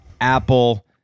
apple